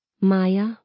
Maya